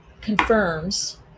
confirms